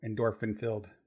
endorphin-filled